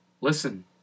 listen